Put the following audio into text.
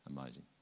Amazing